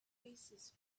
oasis